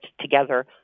together